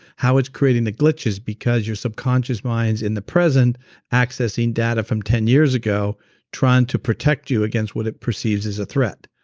how it's creating the glitches because your subconscious mind's in the present accessing data from ten years ago trying to protect you against what it perceives as a threat.